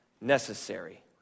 necessary